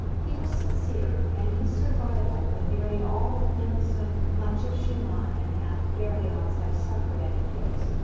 he was sincere, and his survival, when nearly all of mendelssohn, much of schumann and half of berlioz have suffered an eclipse,